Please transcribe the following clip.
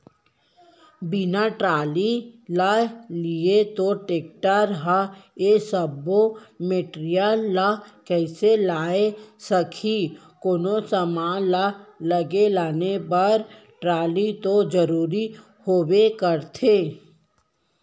बिना टाली ल लिये तोर टेक्टर ह ए सब्बो मटेरियल ल कइसे लाय सकही, कोनो समान ल लेगे लाने बर टाली तो जरुरी होबे करथे